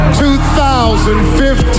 2015